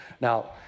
Now